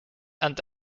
and